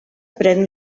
pren